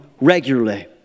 regularly